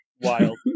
wild